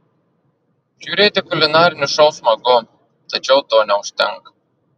žiūrėti kulinarinius šou smagu tačiau to neužtenka